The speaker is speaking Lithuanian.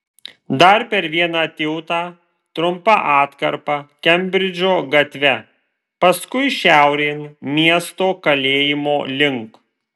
dar per vieną tiltą trumpa atkarpa kembridžo gatve paskui šiaurėn miesto kalėjimo link